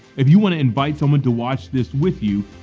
if you wanna invite someone to watch this with you,